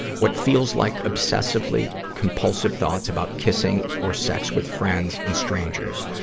what feels like obsessively compulsive thoughts about kissing or sex with friends and strangers.